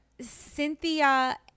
Cynthia